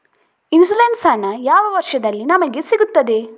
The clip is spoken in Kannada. ಇನ್ಸೂರೆನ್ಸ್ ಹಣ ಯಾವ ವರ್ಷದಲ್ಲಿ ನಮಗೆ ಸಿಗುತ್ತದೆ?